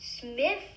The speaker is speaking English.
smith